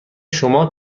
شما